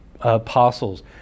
apostles